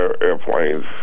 airplanes